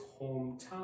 hometown